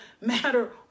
matter